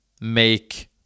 make